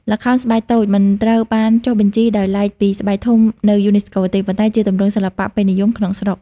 ល្ខោនស្បែកតូច មិនត្រូវបានចុះបញ្ជីដោយឡែកពីស្បែកធំនៅយូណេស្កូទេ ប៉ុន្តែជាទម្រង់សិល្បៈពេញនិយមក្នុងស្រុក។